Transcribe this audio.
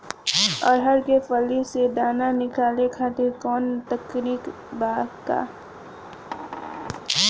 अरहर के फली से दाना निकाले खातिर कवन तकनीक बा का?